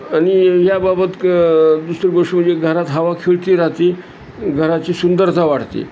आणि याबाबत दुसरी गोष्टी म्हणजे घरात हवा खेळती राहाती घराची सुंदरता वाढते